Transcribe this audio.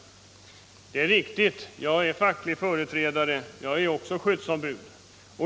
Det är riktigt att jag är facklig företrädare — och jag är också skyddsombud.